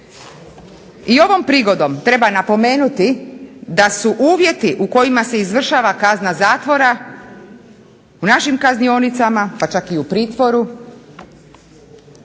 I ovom prigodom treba napomenuti da su uvjeti u kojima se izvršava kazna zatvora, u našim kaznionicama, pa čak i u pritvoru,